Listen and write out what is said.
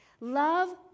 love